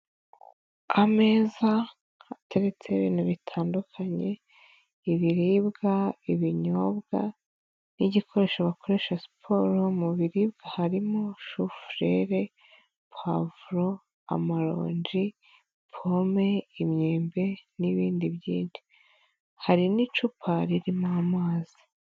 Ameza ateretseho ibintu bitandukanye, ibiribwa, ibinyobwa n'igikoresho bakoresha siporo, mu biribwa harimo shufurere, pavuro, amaronji, pome, imyembe n'ibindi byinshi, hari n'icupa ririmo amazi.